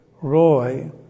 Roy